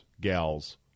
gals